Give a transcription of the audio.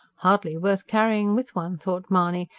hardly worth carrying with one, thought mahony,